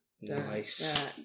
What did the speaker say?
Nice